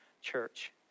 church